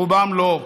רובם לא,